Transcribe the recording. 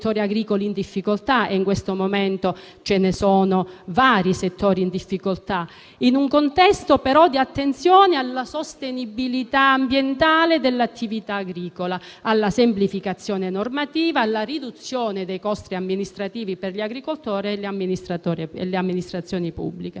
in questo momento sono vari), però in un contesto di attenzione alla sostenibilità ambientale dell'attività agricola, alla semplificazione normativa, alla riduzione dei costi amministrativi per gli agricoltori e le amministrazioni pubbliche.